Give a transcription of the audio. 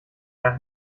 der